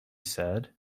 said